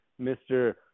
Mr